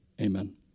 Amen